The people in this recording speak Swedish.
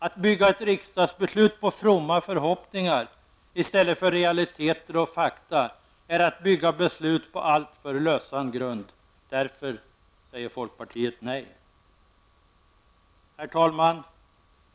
Att bygga ett riksdagsbeslut på fromma förhoppningar i stället för realiteter och fakta är att bygga beslut på alltför lösan grund. Därför säger folkpartiet nej. Herr talman!